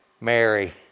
Mary